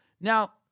Now